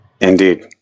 Indeed